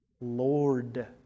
Lord